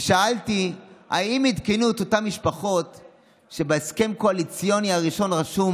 ושאלתי אם עדכנו את אותן משפחות שבהסכם הקואליציוני הראשון רשום